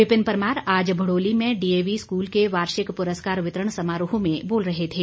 विपिन परमार आज भड़ोली में DAV school के वार्षिक पुरस्कार वितरण समारोह में बोल रहे थे